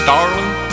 Darling